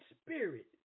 spirit